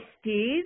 Steve